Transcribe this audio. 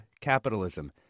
capitalism